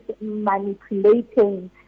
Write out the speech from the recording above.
manipulating